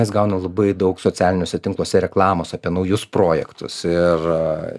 mes gaunam labai daug socialiniuose tinkluose reklamos apie naujus projektus ir